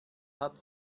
hat